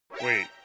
Wait